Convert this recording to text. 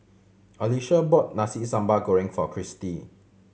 Alesha bought Nasi Sambal Goreng for Christie